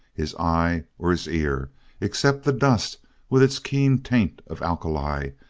his eye, or his ear except the dust with its keen taint of alkali,